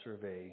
survey